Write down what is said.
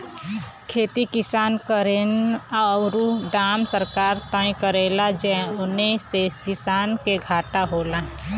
खेती किसान करेन औरु दाम सरकार तय करेला जौने से किसान के घाटा होला